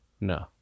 No